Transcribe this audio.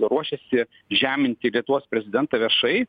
ruošiasi žeminti lietuvos prezidentą viešai